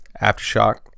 Aftershock